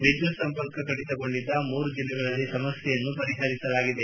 ವಿದ್ಯುತ್ ಸಂಪರ್ಕ ಕಡಿತಗೊಂಡಿದ್ದ ಮೂರು ಜೆಲ್ಲೆಗಳಲ್ಲಿ ಸಮಸ್ನೆಯನ್ನು ಪರಿಹರಿಸಲಾಗಿದೆ